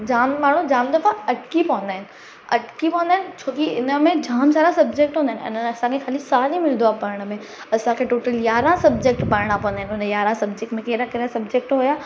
जामु माण्हू जामु दफ़ा अटिकी पवंदा आहिनि अटिकी पवंदा आहिनि छोकी इन में जामु सारा सब्जेक्ट हूंदा आहिनि अने असांखे ख़ाली सालु ई मिलंदो आहे पढ़ण में असांखे टोटल यारहां सब्जेक्ट पढ़णा पवंदा आहिनि उन यारहां सब्जेक्ट में कहिड़ा कहिड़ा सब्जेक्ट हुया